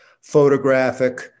photographic